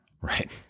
Right